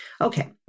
Okay